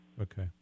okay